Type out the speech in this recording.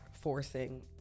forcing